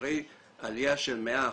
אחרי עלייה של 100%,